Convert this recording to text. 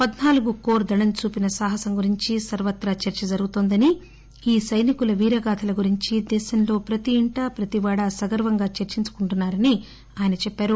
పధ్పాలుగు corps చూపిన సాహసం గురించి సర్వత్రా చర్ప జరుగుతోందని ఈ సైనికుల వీర గాథల గురించి దేశంలో ప్రతి ఇంటా ప్రతి వాడ సగర్వంగా చర్చించుకుంటున్నా రని ఆయన అన్నారు